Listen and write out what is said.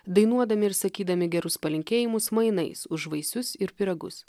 dainuodami ir sakydami gerus palinkėjimus mainais už vaisius ir pyragus